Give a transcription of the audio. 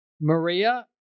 Maria